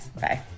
Bye